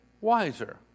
wiser